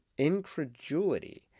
incredulity